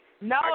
No